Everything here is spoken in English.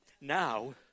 now